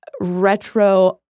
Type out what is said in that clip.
retro